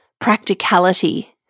practicality